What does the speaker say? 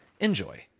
enjoy